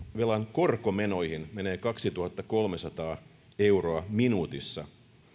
korkomenoihin menee kaksituhattakolmesataa euroa minuutissa ja jossa kokonaisvelan maaginen